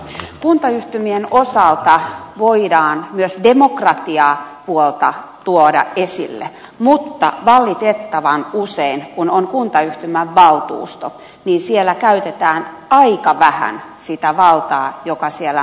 kuntayhtymien osalta voidaan myös demokratiapuolta tuoda esille mutta valitettavan usein kun on kuntayhtymän valtuusto niin siellä käytetään aika vähän sitä valtaa joka siellä mahdollistuisi